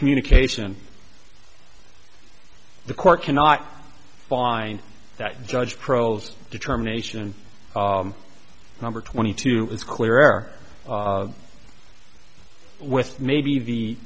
communication the court cannot find that judge prose determination number twenty two is clearer with maybe